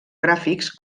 gràfics